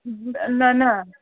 न न